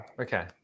okay